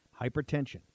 Hypertension